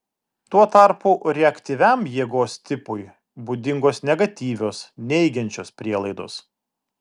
tuo tarpu reaktyviam jėgos tipui būdingos negatyvios neigiančios prielaidos